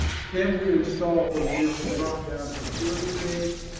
can we install, for example, drop down security gates?